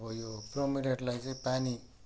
अब यो ब्रोमिलियडलाई चाहिँ पानी